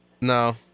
No